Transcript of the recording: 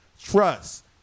Trust